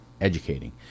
educating